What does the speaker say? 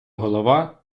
голова